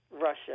Russia